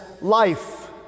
life